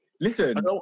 Listen